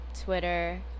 Twitter